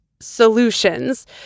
Solutions